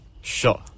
sure